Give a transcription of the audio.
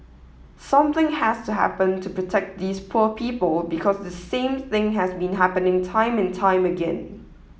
something has to happen to protect these poor people because this same thing has been happening time and time again